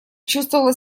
чувствовала